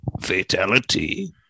Fatality